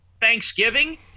Thanksgiving